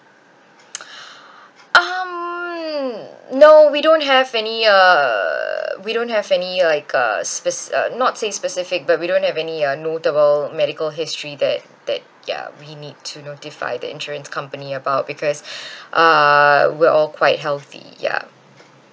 um no we don't have any uh we don't have any like a speci~ uh not say specific but we don't have any uh notable medical history that that ya we need to notify the insurance company about because uh we're all quite healthy ya